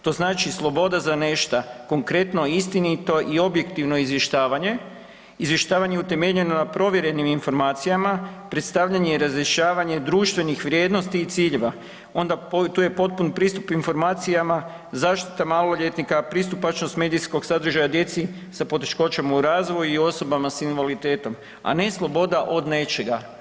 To znači sloboda za nešto konkretno, istinito i objektivno izvještavanje, izvještavanje utemeljeno na provjerenim informacijama, predstavljanje i razrješavanje društvenih vrijednosti i ciljeva, onda tu je potpun pristup informacijama, zaštita maloljetnika, pristupačnost medijskog sadržaja djeci sa poteškoćama u razvoju i osobama sa invaliditetom a ne sloboda od nečega.